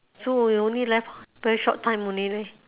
so we only left very short time only leh